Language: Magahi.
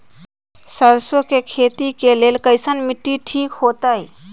सरसों के खेती के लेल कईसन मिट्टी ठीक हो ताई?